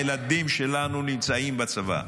הילדים שלנו נמצאים בצבא.